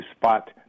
spot